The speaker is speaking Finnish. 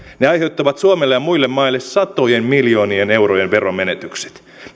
ne aiheuttavat suomelle ja muille maille satojen miljoonien eurojen veromenetykset